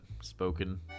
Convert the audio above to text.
Spoken